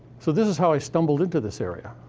so this is how i stumbled into this area.